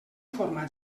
forma